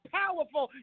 powerful